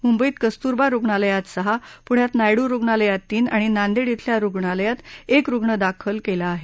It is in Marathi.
मुंबईत कस्तुरबा रुग्णालयात सहा पुण्यात नायडू रुग्णालयात तीन आणि नांदेड इथल्या रुग्णालयात एक रुग्ण दाखल आहे